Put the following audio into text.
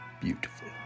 beautiful